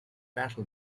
battle